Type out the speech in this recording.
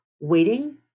waiting